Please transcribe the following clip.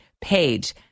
Page